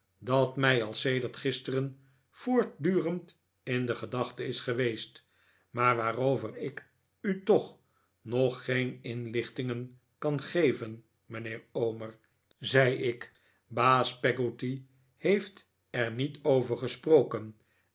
dat mij al sedert gisteren voortdurend in de gedachte is geweest maar waarover ik u toch nog geen inlichtingen kan geven mijnheer omer zei ik baas peggotty heeft er niet over gesproken